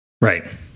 Right